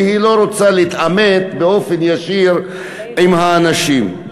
שלא רוצה להתעמת באופן ישיר עם האנשים.